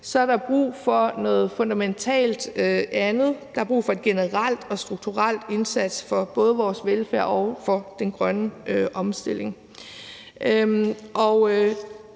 – er der brug for noget fundamentalt andet. Der er brug for en generel og strukturel indsats for både vores velfærd og den grønne omstilling.